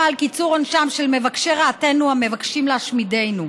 על קיצור עונשם של מבקשי רעתנו והמבקשים להשמידנו.